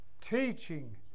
teaching